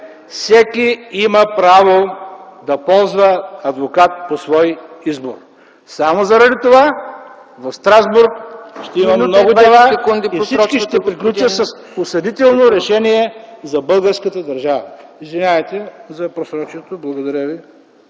всеки има право да ползва адвокат по свой избор. Само заради това в Страсбург ще има много дела и всички ще приключат с осъдително решение за българската държава. Извинявайте за просроченото време.